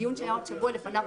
בדיון שהיה בשבוע לפניו,